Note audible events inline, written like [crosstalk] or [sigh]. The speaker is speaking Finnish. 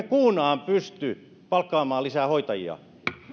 [unintelligible] kuunaan pysty palkkaamaan lisää hoitajia